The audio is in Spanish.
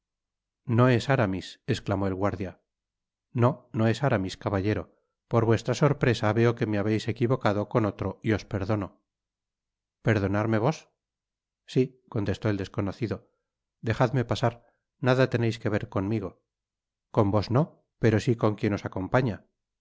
no es aramis esctamó el guardia no no es aramis caballero por vuestra sorpresa veo que me habeis equivocado con otro y os perdono perdonarme vos si contestó el desconocido dejadme pasar nada teneis que ver conmigo con vos no pero si con quien os acompaña